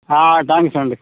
thanks చెప్పిన అండి